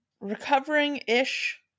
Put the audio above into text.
recovering-ish